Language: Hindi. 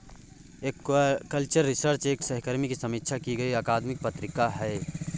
एक्वाकल्चर रिसर्च एक सहकर्मी की समीक्षा की गई अकादमिक पत्रिका है